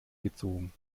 gezogen